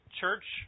church